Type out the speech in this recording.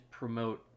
promote